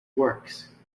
works